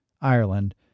Ireland